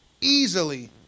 easily